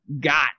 got